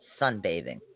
sunbathing